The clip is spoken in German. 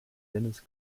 dennis